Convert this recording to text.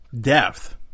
depth